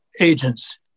agents